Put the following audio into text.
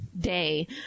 day